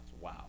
Wow